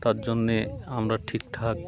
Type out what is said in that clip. তার জন্যে আমরা ঠিকঠাক